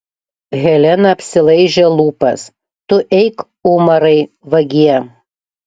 helena apsilaižė lūpas tu eik umarai vagie